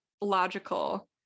logical